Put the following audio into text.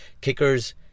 Kickers